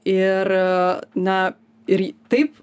ir na ir taip